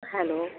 hello